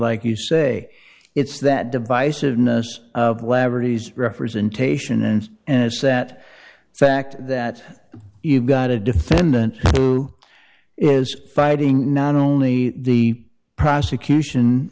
like you say it's that divisiveness of laverty is representation and and it's that fact that you've got a defendant who is fighting not only the prosecution